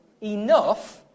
enough